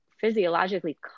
physiologically